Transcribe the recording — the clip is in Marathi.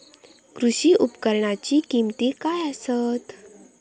कृषी उपकरणाची किमती काय आसत?